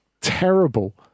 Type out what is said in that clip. terrible